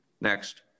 next